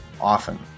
often